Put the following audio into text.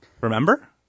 Remember